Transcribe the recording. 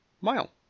mile